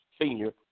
Senior